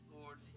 Lord